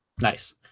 Nice